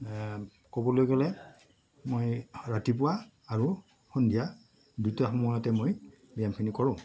ক'বলৈ গ'লে মই ৰাতিপুৱা আৰু সন্ধিয়া দুটা সময়তে মই ব্যায়ামখিনি কৰোঁ